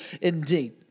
Indeed